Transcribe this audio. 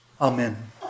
Amen